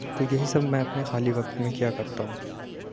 تو یہی سب میں اپنے خالی وقت میں کیا کرتا ہوں